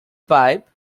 pipe